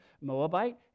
Moabite